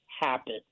happen